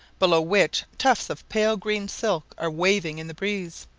below which tufts of pale green silk are waving in the breeze.